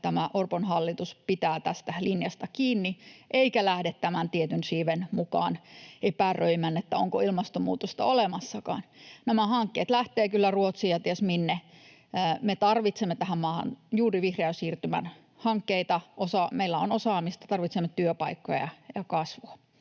Orpon hallitus pitää tästä linjasta kiinni eikä lähde tämän tietyn siiven mukaan epäröimään, onko ilmastonmuutosta olemassakaan. Nämä hankkeet lähtevät kyllä Ruotsiin ja ties minne. Me tarvitsemme tähän maahan juuri vihreän siirtymän hankkeita. Meillä on osaamista, tarvitsemme työpaikkoja ja kasvua.